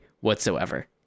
whatsoever